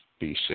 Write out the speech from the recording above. BC